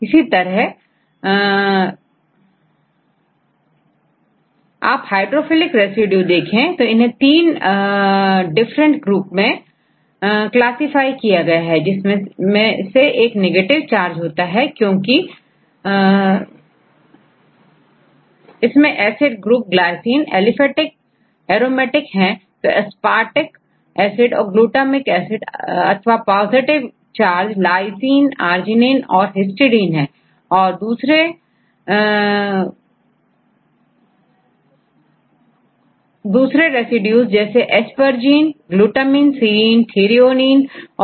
इसी तरह आप हाइड्रोफिलिक रेसिड्यूज देखें तो इन्हें 3 डिफरेंट ग्रुप मैं क्लासिफाई किया है जिसमें से एक नेगेटिव चार्ज क्योंकि इसमें acid group glycine aliphatic aromatic है तो अस्पर्टिक एसिड और ग्लूटामिक एसिड तथा पॉजिटिव चार्ज lysinearginine और histidine तथा दूसरे कोलर तो रेसिड्यू जैसे asparagineglutamineserine और threonie तथा proline